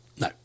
No